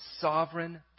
sovereign